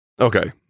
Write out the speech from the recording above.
Okay